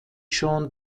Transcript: jeanne